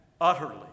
utterly